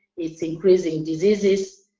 it's increasing diseases.